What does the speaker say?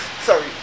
sorry